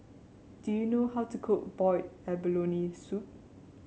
do you know how to cook Boiled Abalone Soup